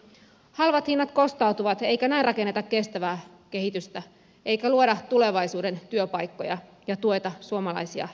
halvat hinnat kostautuvat eikä näin rakenneta kestävää kehitystä eikä luoda tulevaisuuden työpaikkoja ja tueta suomalaisia yrittäjiä